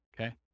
Okay